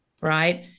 Right